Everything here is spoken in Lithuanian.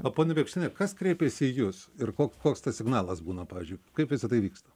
o ponia bėkštiene kas kreipiasi į jus ir kok koks tas signalas būna pavyzdžiui kaip visa tai vyksta